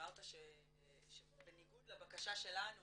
אמרת שבניגוד לבקשה שלנו